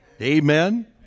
Amen